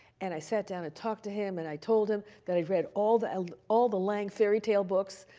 and i sat down and talked to him, and i told him that i had read all the ah all the lang fairy tale books,